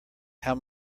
how